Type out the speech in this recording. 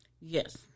Yes